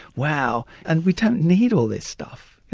wow! and we don't need all this stuff.